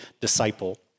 disciple